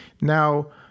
now